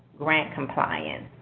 grant compliance.